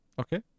Okay